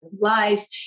life